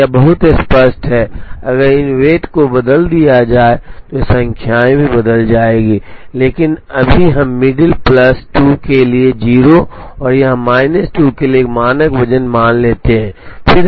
तो यह बहुत स्पष्ट है कि अगर इन वेट को बदल दिया जाए तो ये संख्याएं भी बदल जाएंगी लेकिन अभी हम मिडल प्लस 2 के लिए 0 और यहां माइनस 2 के लिए एक मानक वजन मान लेते हैं